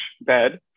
bed